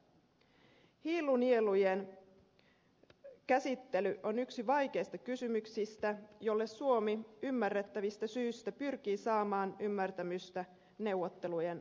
hiilinielujen käsittely on yksi vaikeista kysymyksistä joille suomi ymmärrettävistä syistä pyrkii saamaan ymmärrystä neuvottelujen aikana